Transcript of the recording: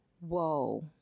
whoa